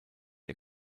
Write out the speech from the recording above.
ihr